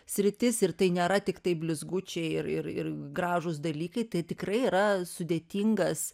sritis ir tai nėra tiktai blizgučiai ir ir ir gražūs dalykai tai tikrai yra sudėtingas